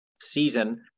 season